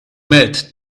met